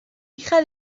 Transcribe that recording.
hija